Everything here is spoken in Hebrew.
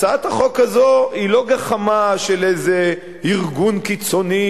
הצעת החוק הזאת היא לא גחמה של איזה ארגון קיצוני